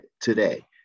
today